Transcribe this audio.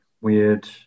weird